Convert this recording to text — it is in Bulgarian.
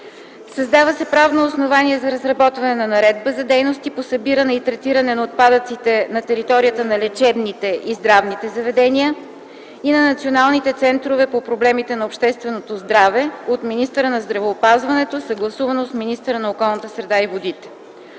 Създава се правно основание за разработване на наредба за дейности по събиране и третиране на отпадъците на територията на лечебните и здравните заведения и на националните центрове по проблемите на общественото здраве от министъра на здравеопазването, съгласувана с министъра на околната среда и водите.